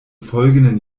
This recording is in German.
folgenden